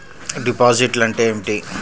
డిపాజిట్లు అంటే ఏమిటి?